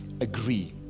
agree